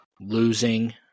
losing